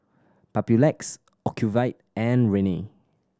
Papulex Ocuvite and Rene